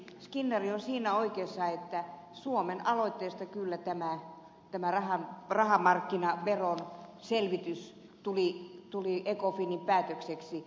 skinnari on siinä oikeassa että suomen aloitteesta kyllä tämä rahamarkkinaveron selvitys tuli ecofinin päätökseksi